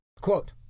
Quote